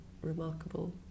remarkable